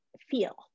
feel